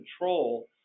control